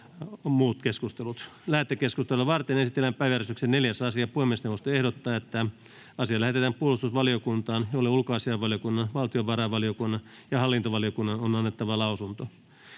N/A Content: Lähetekeskustelua varten esitellään päiväjärjestyksen 4. asia. Puhemiesneuvosto ehdottaa, että asia lähetetään puolustusvaliokuntaan, jolle ulkoasiainvaliokunnan, valtiovarainvaliokunnan ja hallintovaliokunnan on annettava lausunto.